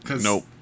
Nope